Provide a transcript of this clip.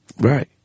Right